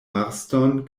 marston